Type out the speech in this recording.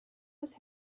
was